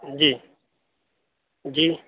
جی جی